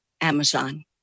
Amazon